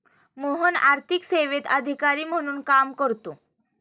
मोहन आर्थिक सेवेत अधिकारी म्हणून काम करतो